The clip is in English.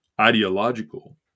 ideological